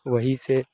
वहीं से